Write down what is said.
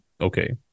okay